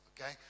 okay